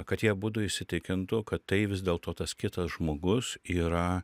kad jie abudu įsitikintų kad tai vis dėlto tas kitas žmogus yra